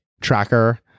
tracker